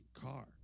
car